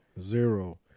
Zero